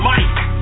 Mike